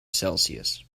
celsius